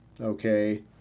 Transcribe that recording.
Okay